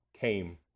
came